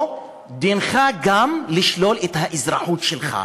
אז דינך גם, לשלול את האזרחות שלך.